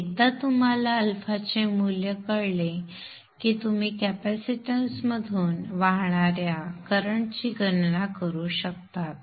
मग एकदा तुम्हाला α चे मूल्य कळले की तुम्ही कॅपेसिटन्समधून वाहणाऱ्या करंट ची गणना करू शकता